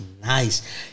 nice